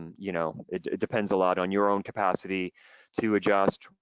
and you know it depends a lot on your own capacity to adjust,